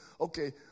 okay